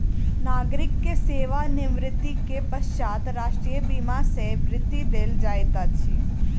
नागरिक के सेवा निवृत्ति के पश्चात राष्ट्रीय बीमा सॅ वृत्ति देल जाइत अछि